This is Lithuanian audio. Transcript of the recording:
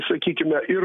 sakykime ir